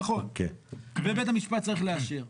נכון, ובית המשפט צריך לאשר.